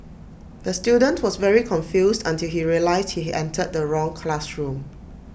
the student was very confused until he realised he entered the wrong classroom